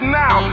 now